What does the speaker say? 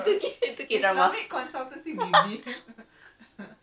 oh I was like what's up with